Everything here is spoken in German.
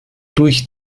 durch